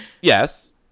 Yes